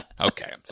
okay